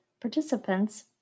participants